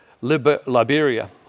Liberia